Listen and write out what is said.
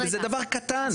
זה דבר קטן.